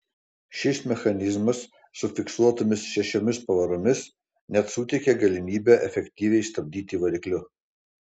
šis mechanizmas su fiksuotomis šešiomis pavaromis net suteikė galimybę efektyviai stabdyti varikliu